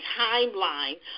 timeline